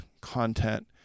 content